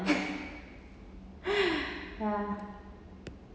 ya